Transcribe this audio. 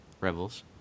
Rebels